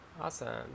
Awesome